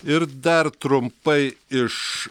ir dar trumpai iš